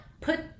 put